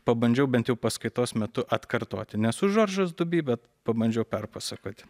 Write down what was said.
pabandžiau bent jau paskaitos metu atkartoti nesu žoržas dubi bet pabandžiau perpasakoti